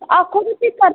आक्खो ते भी अगर